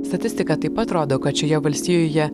statistika taip pat rodo kad šioje valstijoje